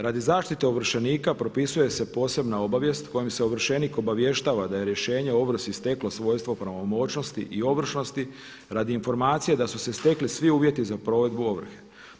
Radi zaštite ovršenika propisuje se posebna obavijest kojom se ovršenik obavještava da je rješenje o ovrsi steklo svojstvo o pravomoćnosti i ovršnosti radi informacije da su se stekli svi uvjeti za provedbu ovrhe.